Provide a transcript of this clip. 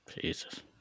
Jesus